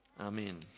Amen